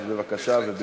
בבקשה, וברכותי.